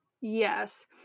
Yes